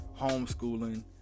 homeschooling